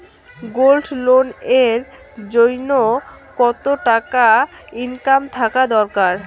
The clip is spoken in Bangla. গোল্ড লোন এর জইন্যে কতো টাকা ইনকাম থাকা দরকার?